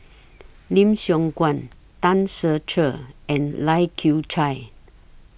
Lim Siong Guan Tan Ser Cher and Lai Kew Chai